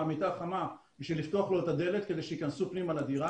מהמיטה החמה כדי לפתוח לו את הדלת כדי להיכנס לדירה.